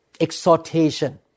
exhortation